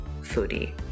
foodie